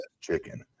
chicken